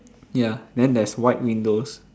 ya then there's white windows